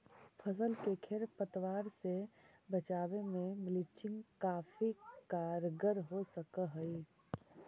फसल के खेर पतवार से बचावे में मल्चिंग काफी कारगर हो सकऽ हई